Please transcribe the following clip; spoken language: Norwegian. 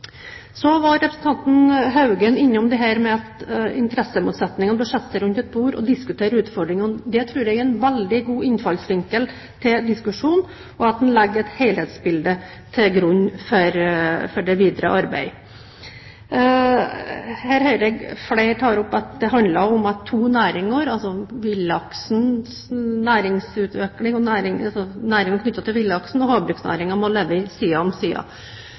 Representanten Haugen var inne på dette med interessemotsetninger, at man bør sette seg rundt et bord og diskutere utfordringene. Det tror jeg er en veldig god innfallsvinkel til diskusjon, og at man legger et helhetsbilde til grunn for det videre arbeidet. Her hører jeg at flere sier at det handler om at to næringer, knyttet til villaks og havbruk, må leve side ved side. Villaksen